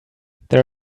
there